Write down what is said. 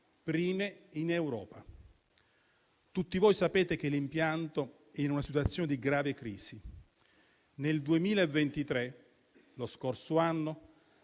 prime in Europa. Tutti voi sapete che l'impianto è in una situazione di grave crisi. Per quanto riguarda